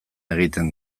egiten